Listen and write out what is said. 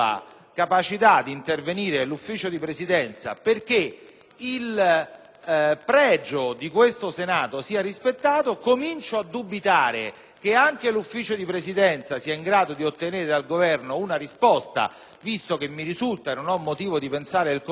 il pregio di questo Senato sia rispettato. Comincio a dubitare che anche il Consiglio di Presidenza sia in grado di ottenere dal Governo una risposta, visto che mi risulta - e non ho motivo di pensare il contrario - che più e più volte sia stato sollecitato l'Esecutivo,